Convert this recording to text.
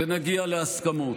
ונגיע להסכמות,